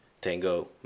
Tango